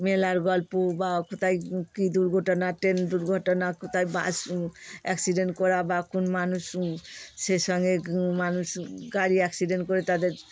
মেলার গল্প বা কোথায় কী দুর্ঘটনা ট্রেন দুর্ঘটনা কোথায় বাস অ্যাক্সিডেন্ট করা বা কোন মানুষও সে সঙ্গে মানুষ গাড়ি অ্যাক্সিডেন্ট করে তাদের